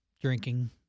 drinking